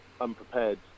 unprepared